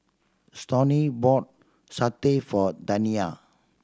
Stoney bought satay for Taniya